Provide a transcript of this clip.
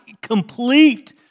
complete